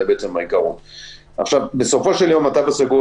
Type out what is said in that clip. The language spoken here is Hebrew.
התו הסגול